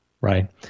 Right